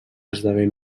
esdevé